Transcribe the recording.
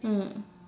mm